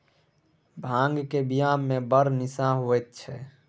भांगक बियामे बड़ निशा होएत छै